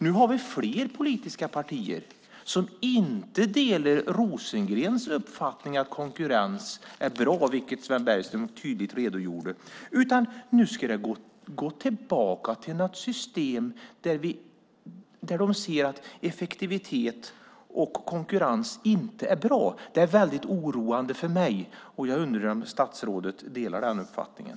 Nu har vi fler politiska partier som inte delar Rosengrens uppfattning om att konkurrens är bra, vilket Sven Bergström tydligt redogjorde för, utan anser att man ska gå tillbaka till ett system där man anser att effektivitet och konkurrens inte är bra. Det är väldigt oroande för mig. Jag undrar om statsrådet delar den uppfattningen.